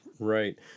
Right